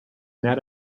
net